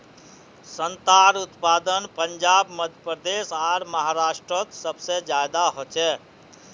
संत्रार उत्पादन पंजाब मध्य प्रदेश आर महाराष्टरोत सबसे ज्यादा होचे